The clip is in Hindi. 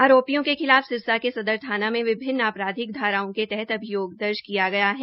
आरोपियों के खिलाफ सिरसा सदर थाना मे विभिन्न आपराधिक धाराओं के तहत अभियोग दर्ज किया गया है